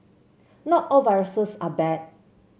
not all viruses are bad